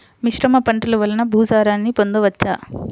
మిశ్రమ పంటలు వలన భూసారాన్ని పొందవచ్చా?